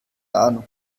ahnung